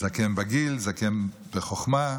זקן בגיל, זקן בחוכמה,